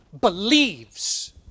believes